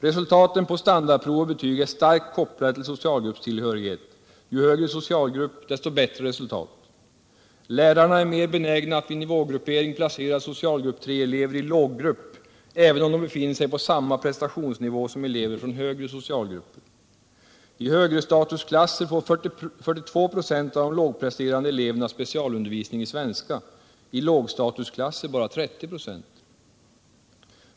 Resultaten på standardprov och betyg är starkt kopplade till socialgruppstillhörighet: ju högre socialgrupp, desto bättre resultat. Lärarna är mer benägna att vid nivågruppering placera socialgrupp III elever i låggrupp även om de befinner sig på samma prestationsnivå som I högrestatusklasser får 42 96 av de lågpresterande eleverna specialundervisning i svenska — i lågstatusklasser bara 30 96.